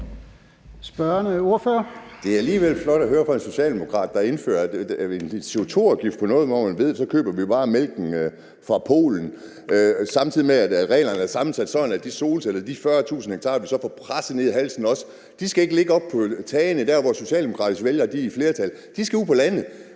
Det er alligevel flot at høre på en socialdemokrat, der indfører en CO2-afgift på noget, hvor man ved, at så køber vi bare mælken fra Polen, samtidig med at reglerne er sammensat sådan, at de solceller – de 40.000 ha – vi så også får proppet ned i halsen, ikke skal ligge oppe på tagene der, hvor Socialdemokratiets vælgere er i flertal; de skal ud på landet.